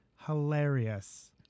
hilarious